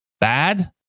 bad